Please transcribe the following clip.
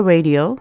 Radio